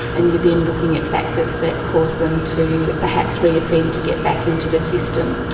and you're then looking at factors that cause them to perhaps re-offend to get back into the system.